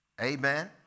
Amen